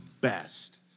best